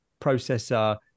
processor